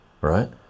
right